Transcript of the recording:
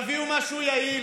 תביאו משהו יעיל,